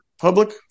public